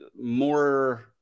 more